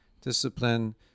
discipline